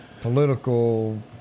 political